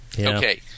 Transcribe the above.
Okay